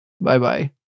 Bye-bye